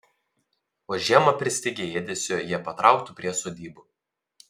o žiemą pristigę ėdesio jie patrauktų prie sodybų